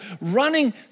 Running